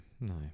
no